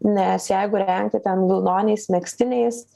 nes jeigu rengti ten vilnoniais megztiniais